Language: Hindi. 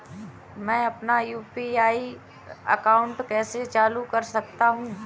मैं अपना यू.पी.आई अकाउंट कैसे चालू कर सकता हूँ?